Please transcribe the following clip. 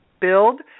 build